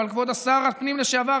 אבל כבוד שר הפנים לשעבר,